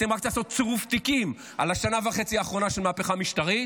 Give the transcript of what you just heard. אתם רק תעשו צירוף תיקים על השנה וחצי האחרונה של המהפכה המשטרית,